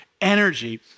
energy